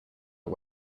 are